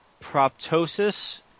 proptosis